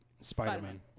Spider-Man